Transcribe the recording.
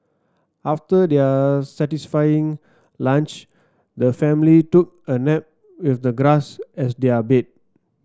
after their satisfying lunch the family took a nap with the grass as their bed